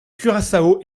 curaçao